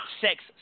sex